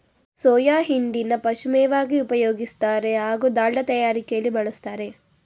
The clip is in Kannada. ಸೋಯಾ ಹಿಂಡಿನ ಪಶುಮೇವಾಗಿ ಉಪಯೋಗಿಸ್ತಾರೆ ಹಾಗೂ ದಾಲ್ಡ ತಯಾರಿಕೆಲಿ ಬಳುಸ್ತಾರೆ